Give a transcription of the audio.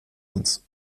uns